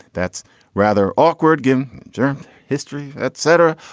that's rather awkward given german history, et cetera.